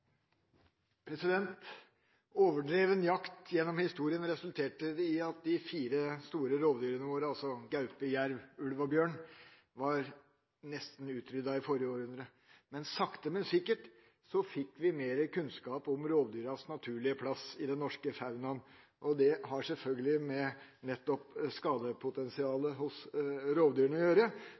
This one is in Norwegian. Overdreven jakt gjennom historien resulterte i at de fire store rovdyrene våre – gaupe, jerv, ulv og bjørn – nesten var utryddet i forrige århundre. Sakte, men sikkert fikk vi mer kunnskap om rovdyrenes naturlige plass i den norske faunaen, og det har selvfølgelig nettopp med skadepotensialet hos rovdyrene å gjøre,